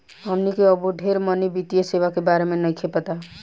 हमनी के अबो ढेर मनी वित्तीय सेवा के बारे में नइखे पता